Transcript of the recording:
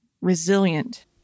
resilient